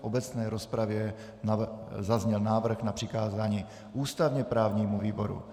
V obecné rozpravě zazněl návrh na přikázání ústavněprávnímu výboru.